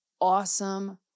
Awesome